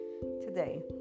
today